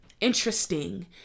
interesting